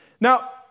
Now